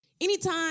Anytime